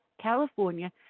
California